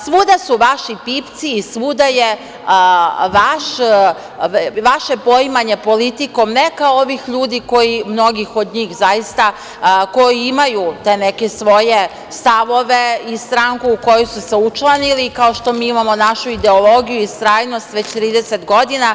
Svuda su vaši pipci i svuda je vaše poimanje politikom, ne kao ovih ljudi, koji mnogi od njih zaista imaju te neke svoje stavove i stranku u koju su se učlanili, kao što mi imamo našu ideologiju i istrajnost već 30 godina.